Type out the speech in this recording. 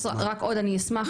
אז אני אשמח,